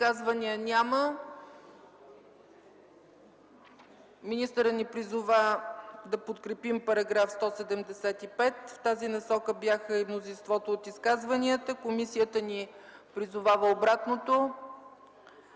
изказвания. Министърът ни призова да подкрепим § 175. В тази насока бяха и мнозинството от изказванията. Комисията ни призовава обратното.